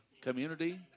community